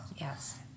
Yes